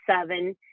seven